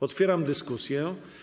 Otwieram dyskusję.